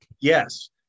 Yes